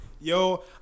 yo